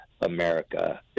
America